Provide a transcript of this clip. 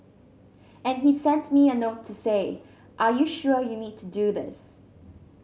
and he sent me a note to say are you sure you need to do this